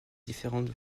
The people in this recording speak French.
différentes